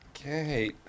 Okay